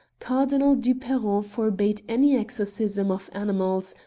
cardinal duperron forbade any exorcism of animals,